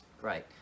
Great